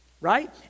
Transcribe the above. right